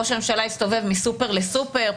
ראש הממשלה הסתובב מסופר לסופר,